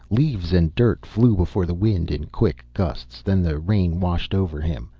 leaves and dirt flew before the wind in quick gusts, then the rain washed over him.